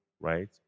right